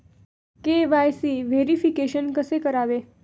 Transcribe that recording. KYC verification कसे करावे?